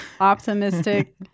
optimistic